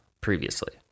previously